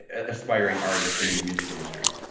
and aspiring artists and in the music industry.